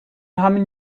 همین